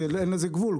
אין לזה גבול.